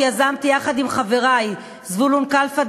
שיזמתי יחד עם חברי זבולון קלפה,